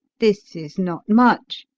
this is not much.